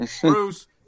Bruce